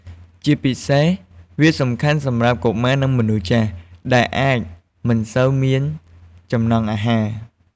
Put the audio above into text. ជាពិសេសវាសំខាន់សម្រាប់កុមារ និងមនុស្សចាស់ ដែលអាចមិនសូវមានចំណង់អាហារ។